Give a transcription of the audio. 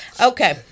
Okay